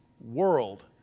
world